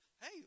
Hey